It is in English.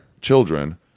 children